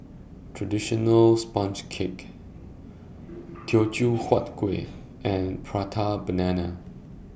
Traditional Sponge Cake Teochew Huat Kuih and Prata Banana